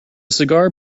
cigar